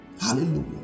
Hallelujah